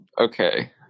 okay